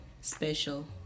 special